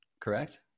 correct